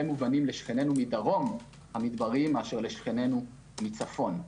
מובנים לשכנינו מדרום המדבריים מאשר לשכנינו מצפון.